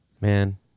man